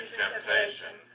temptation